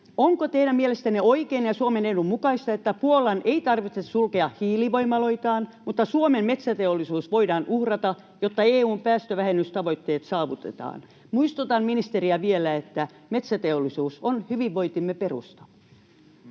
onko teidän mielestänne oikein ja Suomen edun mukaista, että Puolan ei tarvitse sulkea hiilivoimaloitaan mutta Suomen metsäteollisuus voidaan uhrata, jotta EU:n päästövähennystavoitteet saavutetaan? Muistutan ministeriä vielä, että metsäteollisuus on hyvinvointimme perusta.